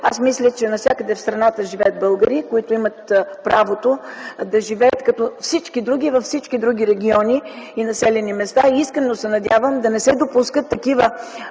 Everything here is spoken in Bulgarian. Аз мисля, че навсякъде в страната живеят българи, които имат правото да живеят като всички други във всички други региони и населени места. Искрено се надявам да не се допускат такива